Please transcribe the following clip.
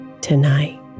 tonight